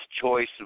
choice